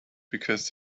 because